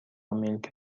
ملک